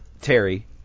Terry